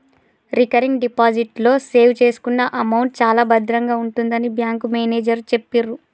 recurring deposit లో save చేసుకున్న amount చాలా భద్రంగా ఉంటుందని బ్యాంకు మేనేజరు చెప్పిర్రు